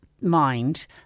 mind